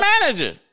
manager